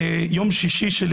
יום שישי,